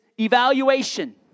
evaluation